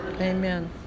Amen